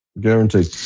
Guaranteed